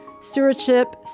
Stewardship